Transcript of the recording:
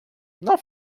não